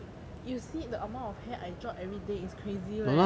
you see the amount of hair I drop everyday it's crazy leh